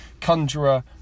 Conjurer